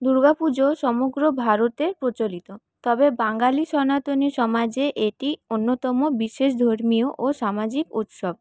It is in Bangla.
দুর্গাপুজো সমগ্র ভারতে প্রচলিত তবে বাঙালি সনাতনী সমাজে এটি অন্যতম বিশেষ ধর্মীয় ও সামাজিক উৎসব